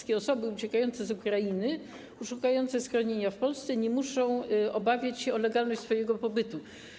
Żadna osoba uciekająca z Ukrainy i szukająca schronienia w Polsce nie musi obawiać się o legalność swojego pobytu.